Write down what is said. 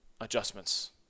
adjustments